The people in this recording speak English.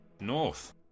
north